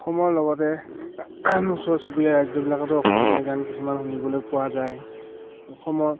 অসমৰ লগতে ওচৰ চুবুৰীয়া ৰাজ্যবিলাকতো অসমীয়া গান কিছুমান শুনিবলৈ পোৱা যায় অসমত